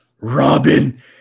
Robin